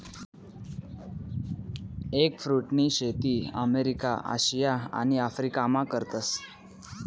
एगफ्रुटनी शेती अमेरिका, आशिया आणि आफरीकामा करतस